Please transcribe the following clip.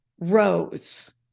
rows